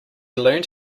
learned